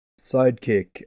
sidekick